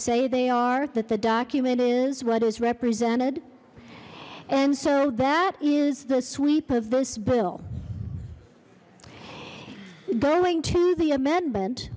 say they are that the document is what is represented and so that is the sweep of this bill going to the amendment